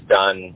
done